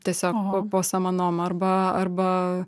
tiesiog po po samanom arba arba